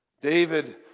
David